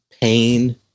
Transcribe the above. pain